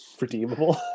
Redeemable